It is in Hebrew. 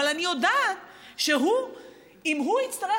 אבל אני יודעת שאם הוא יצטרך,